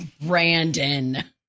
Brandon